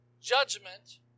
judgment